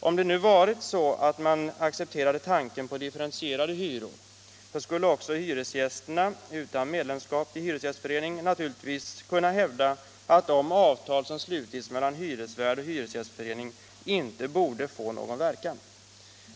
Om det nu var så att man accepterade tanken på differentierade hyror, så skulle också hyresgäster utan medlemskap i hyresgästförening naturligtvis kunna hävda att de avtal som slutits mellan hyresvärd och hyresgästförening inte borde få någon verkan.